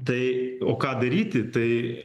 tai o ką daryti tai